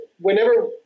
whenever